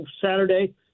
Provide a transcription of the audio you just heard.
Saturday